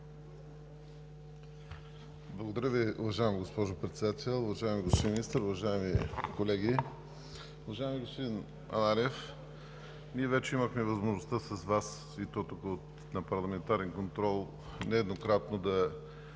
Благодаря Ви, уважаема госпожо Председател. Уважаеми господин Министър, уважаеми колеги! Уважаеми господин Ананиев, ние имахме възможността с Вас, и то на парламентарен контрол, нееднократно да